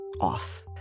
off